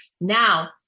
Now